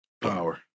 power